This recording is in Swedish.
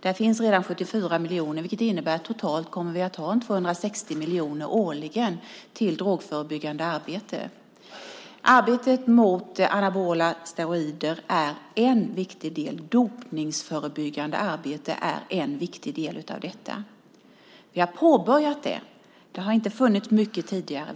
Där finns redan 74 miljoner, vilket innebär att vi totalt kommer att ha 260 miljoner årligen till drogförebyggande arbete. Arbetet mot anabola steroider är en viktig del. Dopningsförebyggande arbete är en viktig del av detta. Vi har påbörjat det. Det har inte funnits mycket tidigare.